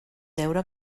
deure